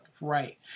Right